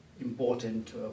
important